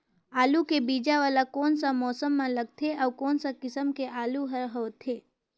आलू के बीजा वाला कोन सा मौसम म लगथे अउ कोन सा किसम के आलू हर होथे?